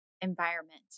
environment